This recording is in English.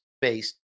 based